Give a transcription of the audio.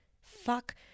Fuck